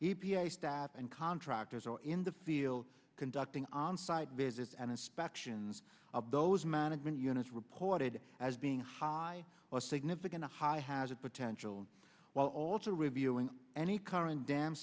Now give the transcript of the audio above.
staff and contractors are in the field conducting onsite visits and inspections of those management units reported as being high or significant a high has a potential while also reviewing any current dam